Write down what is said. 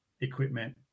equipment